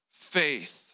faith